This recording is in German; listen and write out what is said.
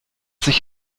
sich